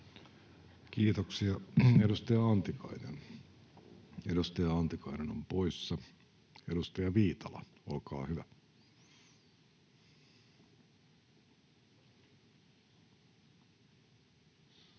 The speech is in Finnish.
Kiitoksia. — Edustaja Antikainen on poissa. — Edustaja Viitala, olkaa hyvä.